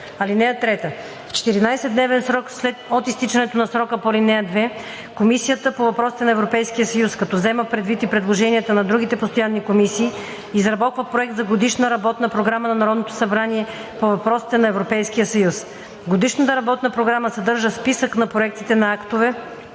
година. (3) В 14-дневен срок от изтичането на срока по ал. 2 Комисията по въпросите на Европейския съюз, като взема предвид и предложенията на другите постоянни комисии, изработва проект на Годишна работна програма на Народното събрание по въпросите на Европейския съюз. Годишната работна програма съдържа списък на проектите на актове